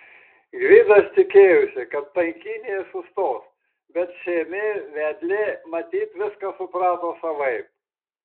gvidas tikėjosi kad tankynėje sustos bet šėmė vedlė matyt viską suprato savaip